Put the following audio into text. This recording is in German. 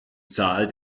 zahl